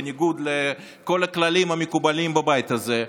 בניגוד לכל הכללים המקובלים בבית הזה,